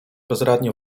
bezradnie